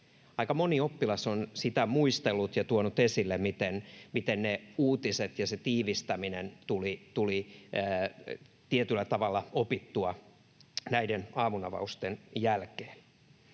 Aika moni oppilas on sitä muistellut ja tuonut esille, miten ne uutiset ja se tiivistäminen tuli tietyllä tavalla opittua näiden aamun avausten jälkeen.